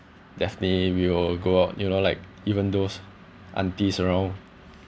definitely we will go out you know like even those aunties around